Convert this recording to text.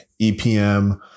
EPM